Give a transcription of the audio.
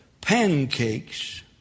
pancakes